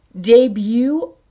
debut